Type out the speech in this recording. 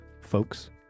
folks